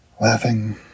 laughing